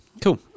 Cool